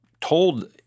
told